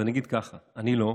אני אגיד שאני לא.